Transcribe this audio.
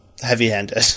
heavy-handed